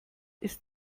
ist